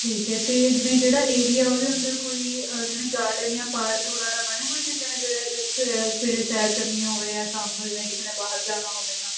ਠੀਕ ਹੈ ਅਤੇ ਜਿਵੇਂ ਜਿਹੜਾ ਏਰੀਆ ਉਹਦੇ ਅੰਦਰ ਕੋਈ ਜਿਵੇਂ ਗਾਰਡਨ ਜਾਂ ਪਾਰਕ ਵਗੈਰਾ ਬਣੇ ਹੋਏ ਨੇ ਜਿਵੇਂ ਜਿਹੜੇ ਸਵੇਰੇ ਸਵੇਰੇ ਸੈਰ ਕਰਨੀ ਹੋਵੇ ਜਾਂ ਸ਼ਾਮ ਨੂੰ ਜਿਵੇਂ ਕਿਸੇ ਨੇ ਬਾਹਰ ਜਾਣਾ ਹੋਵੇ ਤਾਂ